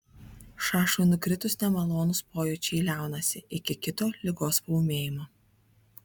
šašui nukritus nemalonūs pojūčiai liaunasi iki kito ligos paūmėjimo